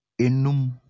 Enum